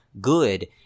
good